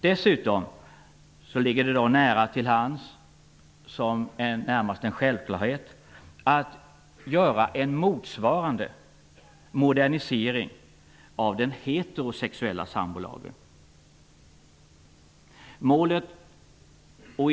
Dessutom ligger det då nära till hands, ja, är närmast en självklarhet, att göra en motsvarande modernisering av sambolagen för heterosexuella.